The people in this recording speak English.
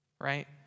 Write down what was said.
Right